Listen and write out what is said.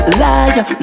liar